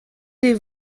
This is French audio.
des